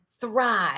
thrive